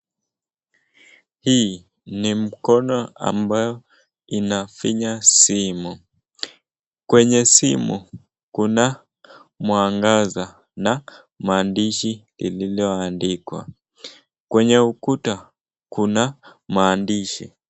Hii ni mkono ambayo inafinya simu. Kwenye simu kuna mwangaza na maandishi iliyoandikwa. Kwenye ukuta kuna maandishi.